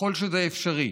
ככל שזה אפשרי,